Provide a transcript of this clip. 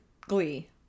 glee